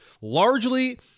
largely –